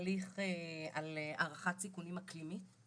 דיברת על הליך להערכת סיכונים אקלימית,